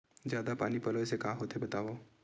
जादा पानी पलोय से का होथे बतावव?